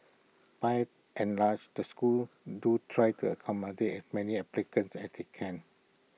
by and large the schools do try to accommodate many applicants as they can